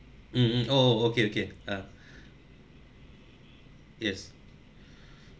mm mm oh oh okay okay uh yes